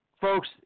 folks